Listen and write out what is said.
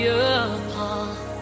apart